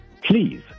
Please